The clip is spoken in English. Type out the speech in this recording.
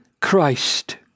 Christ